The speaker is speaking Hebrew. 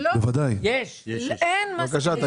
אין מספיק.